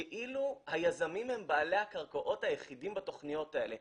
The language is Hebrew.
כאילו היזמים הם בעלי הקרקעות היחידים בתכניות האלו.